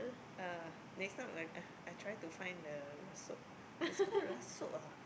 uh next time I I I try to find the rasuk it's call rasuk ah